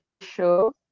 show